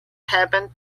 happened